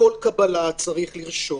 כל קבלה צריך לרשום,